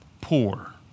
poor